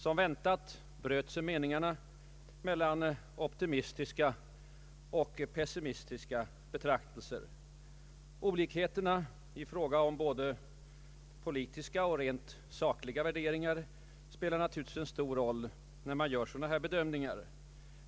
Som väntat bröt sig meningarna mellan optimistiska och pessimistiska betraktelser. Olikheterna i fråga om både politiska och rent sakliga värderingar spelar naturligtvis en stor roll när man gör sådana här bedömningar.